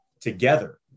together